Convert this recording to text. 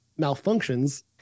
malfunctions